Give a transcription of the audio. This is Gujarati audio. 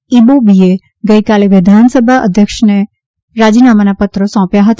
ઈબોબીએ ગઈકાલે વિધાનસભા અધ્યક્ષને રાજીનામાના પત્રો સોંપ્યા હતા